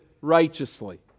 righteously